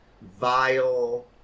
vile